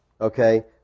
okay